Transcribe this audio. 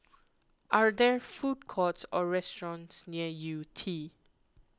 are there food courts or restaurants near Yew Tee